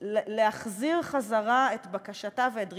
להחזיר את בקשתה ואת דרישתה,